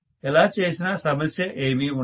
ఎలా చేసినా సమస్య ఏమి ఉండదు